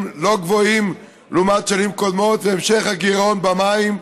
לא גבוהים לעומת שנים קודמות ולהמשך הגירעון במים,